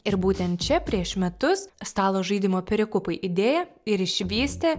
ir būtent čia prieš metus stalo žaidimo perikupai idėją ir išvystė